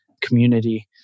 community